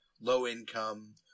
low-income